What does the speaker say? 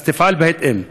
אז תפעל בהתאם.